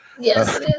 Yes